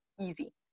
easy